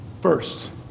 First